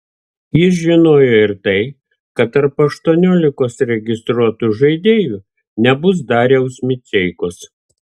jis žinojo ir tai kad tarp aštuoniolikos registruotų žaidėjų nebus dariaus miceikos